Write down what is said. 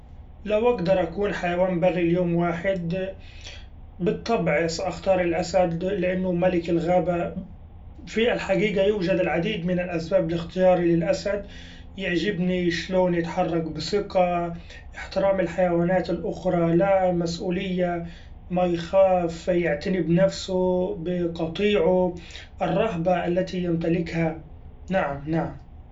لو اقدر اكون حيوان بري ليوم واحد بالطبع سأختار الأسد لأنو ملك الغابة ، في الحقيقة يوجد العديد من الأسباب لاختياري للأسد ؛ يعجبني شلون يتحرك بثقة ، احترام الحيوانات الأخري لا مسؤولية ما يخاف يعتني بنفسو ، بقطيعو ، الرهبة التي يمتلكها نعم نعم.